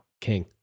king